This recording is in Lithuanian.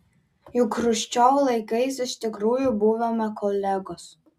juk chruščiovo laikais iš tikrųjų buvome kolegos